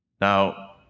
Now